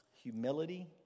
humility